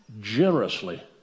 Generously